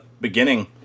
beginning